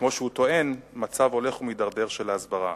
וכמו שהוא טוען, מצב הולך ומידרדר של הסברה.